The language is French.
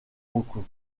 beaucoup